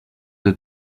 des